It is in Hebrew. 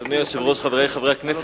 חברי חברי הכנסת,